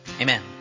Amen